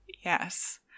Yes